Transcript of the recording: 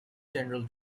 general